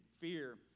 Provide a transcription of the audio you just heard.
fear